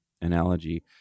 analogy